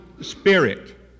spirit